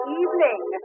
evening